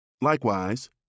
Likewise